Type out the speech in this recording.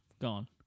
gone